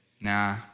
nah